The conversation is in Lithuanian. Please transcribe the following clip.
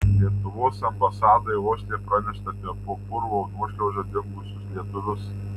lietuvos ambasadai osle pranešta apie po purvo nuošliauža dingusius lietuvius